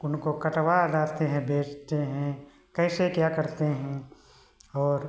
उनको कटवा दाते हैं बेचते हैं कैसे क्या करते हैं और